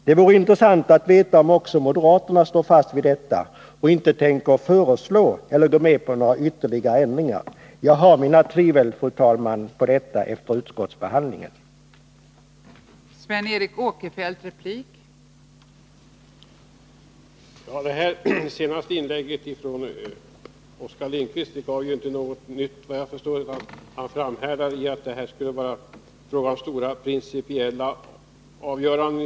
Det vore intressant att veta om också moderaterna står fast vid det och inte tänker föreslå eller gå med på några ytterligare ändringar. Jag har, fru talman, efter utskottsbehandlingen mina tvivel om detta.